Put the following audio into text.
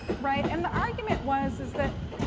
right? and the argument was is that,